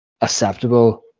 acceptable